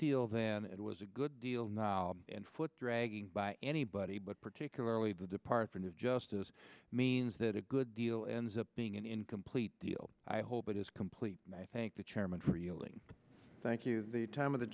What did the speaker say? deal then it was a good deal now and foot dragging by anybody but particularly the department of justice means that a good deal ends up being an incomplete deal i hope it is complete and i thank the chairman for yielding thank you the time of the